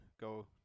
go